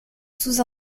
sous